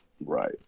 Right